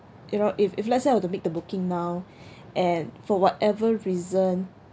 you know if if let's say I were to make the booking now and for whatever reason